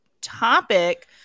topic